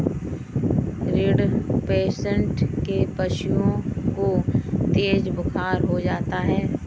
rinderpest में पशुओं को तेज बुखार हो जाता है